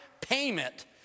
payment